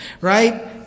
Right